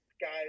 guys